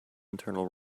internal